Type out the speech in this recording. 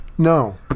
No